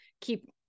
keep